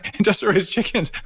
industrial raised chickens.